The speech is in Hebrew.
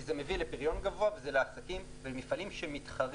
כי זה מביא לפריון גבוה וזה לעסקים ולמפעלים שמתחרים,